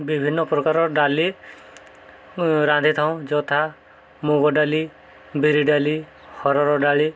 ବିଭିନ୍ନ ପ୍ରକାରର ଡାଲି ରାନ୍ଧିଥାଉ ଯଥା ମୁଗ ଡାଲି ବିରି ଡାଲି ହରଡ଼ ଡାଲି